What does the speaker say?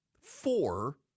four